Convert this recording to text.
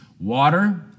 water